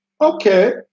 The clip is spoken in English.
Okay